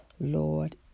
lord